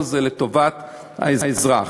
לטובת האזרח.